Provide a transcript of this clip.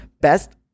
Best